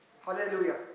hallelujah